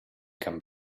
come